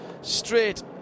straight